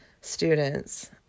students